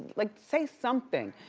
like say something.